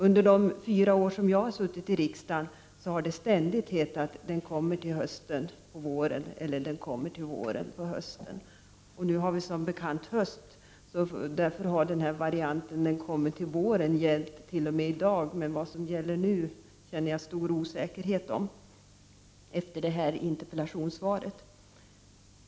Under de fyra år jag har suttit i riksdagen har det ständigt hetat: ”Den kommer till våren” varje höst och: ”Den kommer till hösten” varje vår. Nu har vi som bekant höst, och därför har varianten ”Den kommer till våren” gällt tills i dag. Vad som gäller nu känner jag stor oro och osäkerhet om efter detta interpellationssvar.